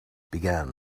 began